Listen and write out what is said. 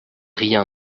rien